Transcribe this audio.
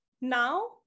now